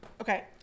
Okay